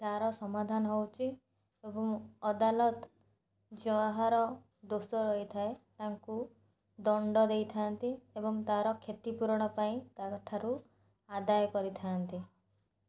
ତା'ର ସମାଧାନ ହେଉଛି ଏବଂ ଅଦାଲତ ଯହାର ଦୋଷ ରହିଥାଏ ତାଙ୍କୁ ଦଣ୍ଡ ଦେଇଥାନ୍ତି ଏବଂ ତା'ର କ୍ଷତି ପୂରଣ ପାଇଁ ତା'ର ଠାରୁ ଆଦାୟ କରିଥାନ୍ତି